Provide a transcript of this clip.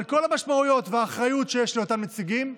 על כל המשמעויות והאחריות שיש לאותם נציגים,